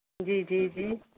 ਜੀ ਜੀ ਜੀ